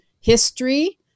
history